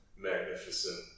Magnificent